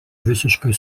visiškai